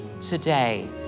today